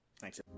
Thanks